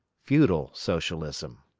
feudal socialism